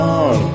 on